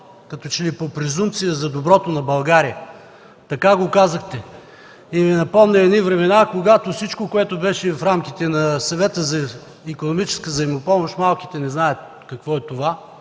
като че ли по презумпцията за доброто на България. Така го казахте и ми напомня за едни времена, когато всичко, което беше в рамките на Съвета за икономическа взаимопомощ – малките не знаят какво е това,